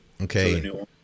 Okay